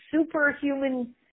superhuman